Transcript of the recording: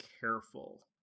careful